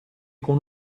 con